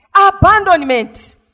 Abandonment